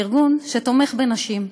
ארגון שתומך בנשים,